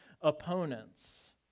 opponents